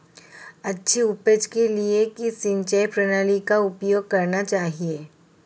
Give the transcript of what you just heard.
अच्छी उपज के लिए किस सिंचाई प्रणाली का उपयोग करना चाहिए?